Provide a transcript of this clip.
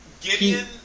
Gideon